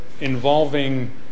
involving